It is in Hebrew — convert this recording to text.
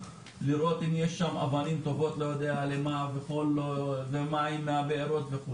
אבנים טובות, מים מהבארות ועוד.